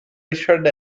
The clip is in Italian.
richard